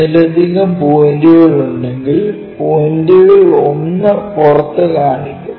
ഒന്നിലധികം പോയിന്റുകൾ ഉണ്ടെങ്കിൽ പോയിന്റുകളിൽ ഒന്ന് പുറത്ത് കാണിക്കും